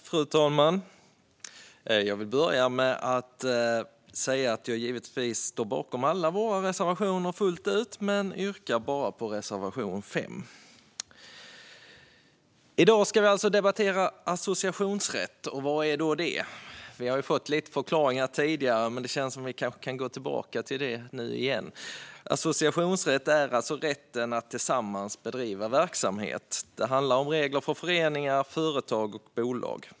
Fru talman! Jag står givetvis bakom alla våra reservationer men yrkar bifall bara till reservation 5. Nu debatterar vi alltså associationsrätt. Vad är då det? Vi har redan fått lite förklaringar, men jag tar det igen. Associationsrätt är alltså rätten att tillsammans bedriva verksamhet. Det handlar om regler för föreningar, företag och bolag.